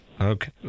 Okay